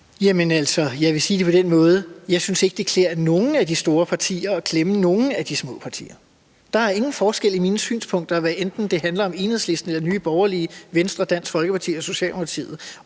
jeg vil sige det på den måde, at jeg ikke synes, at det klæder nogen af de store partier at klemme nogen af de små partier. Der er ingen forskel i mine synspunkter, hvad enten det handler om Enhedslisten, Nye Borgerlige, Venstre, Dansk Folkeparti eller Socialdemokratiet.